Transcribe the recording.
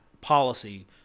policy